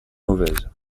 mauvaise